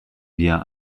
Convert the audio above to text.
wir